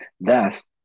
Thus